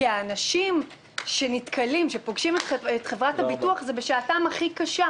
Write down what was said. כי האנשים שפוגשים את חברת הביטוח זה בשעתם הכי קשה,